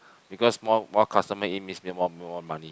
because more more customer in means more money